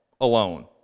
alone